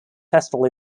festival